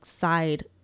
side